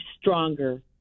stronger